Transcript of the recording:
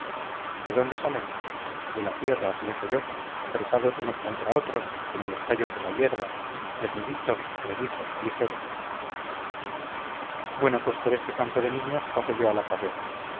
de dónde salen de la tierra pienso yo apretados unos contra otros como los tallos de la hierba desnuditos rollizos ligeros bueno pues por este campo de niños paso yo a la carrera